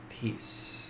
peace